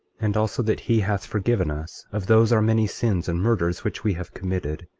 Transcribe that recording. and also that he hath forgiven us of those our many sins and murders which we have committed,